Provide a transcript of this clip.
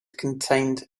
contained